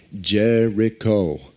Jericho